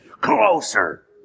closer